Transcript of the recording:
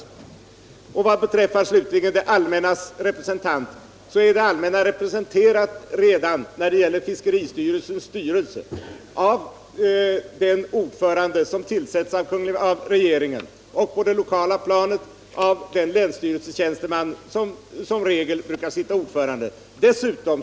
Vad slutligen beträffar det allmännas representant så är det allmänna redan representerat i fiskeristyrelsens styrelse av den ordförande som utses av regeringen och på det lokala planet av den länsstyrelsetjänsteman som i regel brukar sitta ordförande där.